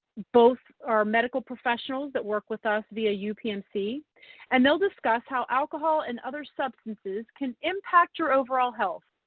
both are medical professionals that work with us via yeah upmc upmc and they'll discuss how alcohol and other substances can impact your overall health.